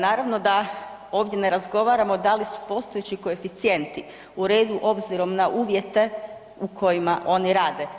Naravno da ovdje ne razgovaramo da li su postojeći koeficijenti u redu obzirom na uvjete u kojima oni rade.